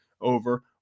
over